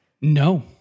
No